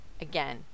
Again